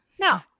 No